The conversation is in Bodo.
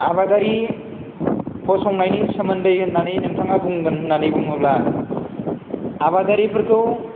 आबादारि फसंनायनि सोमोन्दै होननानै नोंथाङा बुंगोन होन्नानै बुङोब्ला आबादारिफोरखौ